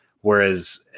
Whereas